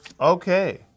Okay